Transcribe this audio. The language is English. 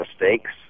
mistakes